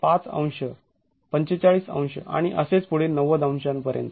५ अंश ४५ अंश आणि असेच पुढे ९० अंशांपर्यंत